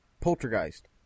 Poltergeist